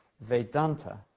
Vedanta